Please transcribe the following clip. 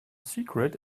secret